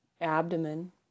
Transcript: abdomen